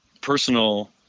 personal